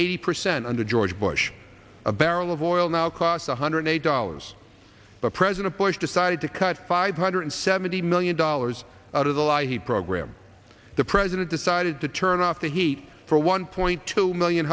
eighty percent under george bush a barrel of oil now cost one hundred eight dollars but president bush decided to cut five hundred seventy million dollars out of the law he program the president decided to turn up the heat for one point two million